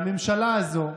והממשלה הזאת,